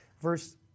Verse